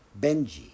Benji